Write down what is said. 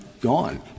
gone